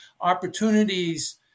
opportunities